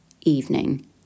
evening